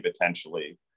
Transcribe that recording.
potentially